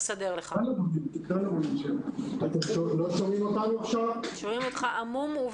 לא שומעים אותך טוב.